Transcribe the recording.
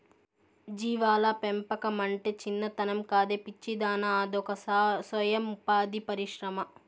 జీవాల పెంపకమంటే చిన్నతనం కాదే పిచ్చిదానా అదొక సొయం ఉపాధి పరిశ్రమ